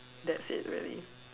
that's it already